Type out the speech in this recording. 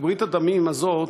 את ברית הדמים הזאת